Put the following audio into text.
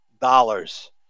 dollars